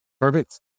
Perfect